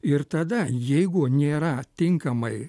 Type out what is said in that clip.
ir tada jeigu nėra tinkamai